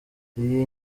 iyi